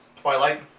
Twilight